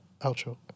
outro